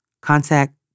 contact